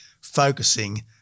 focusing